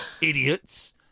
Idiots